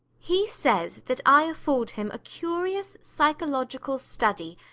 he says that i afford him a curious psychological study,